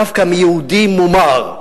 דווקא מיהודי מומר,